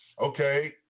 Okay